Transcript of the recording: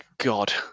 God